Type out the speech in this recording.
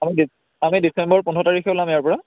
আমি ডি আমি ডিচেম্বৰ পোন্ধৰ তাৰিখে ওলাম ইয়াৰ পৰা